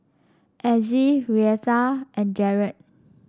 Azzie Reatha and Jarrett